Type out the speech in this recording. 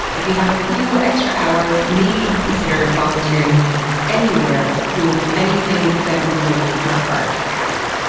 if you have a few extra hours, maybe consider volunteering anywhere doing anything that would make your heart happy.